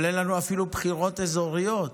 אבל אין לנו אפילו בחירות אזוריות.